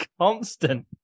constant